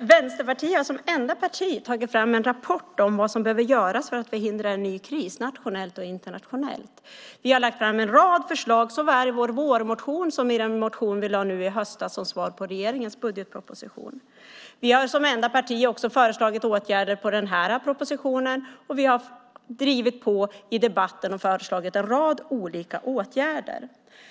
Vänsterpartiet har som enda parti tagit fram en rapport om vad som behöver göras för att förhindra en ny kris nationellt och internationellt. Vi har lagt fram en rad förslag såväl i vår vårmotion som i den motion vi lade fram nu i höstas som svar på regeringens budgetproposition. Vi har som enda parti föreslagit åtgärder på den här propositionen, och vi har drivit på i debatten och föreslagit en rad olika åtgärder.